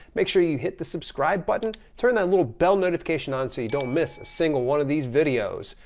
make sure you hit the subscribe button, turn that little bell notification on so you don't miss a single one of these videos.